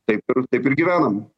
taip ir taip ir gyvenam